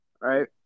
right